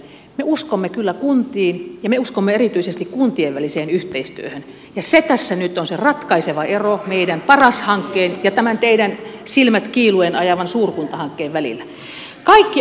me uskomme kyllä kuntiin ja me uskomme erityisesti kuntien väliseen yhteistyöhön ja se tässä nyt on se ratkaiseva ero meidän paras hankkeen ja tämän teidän silmät kiiluen ajamanne suurkuntahankkeen välillä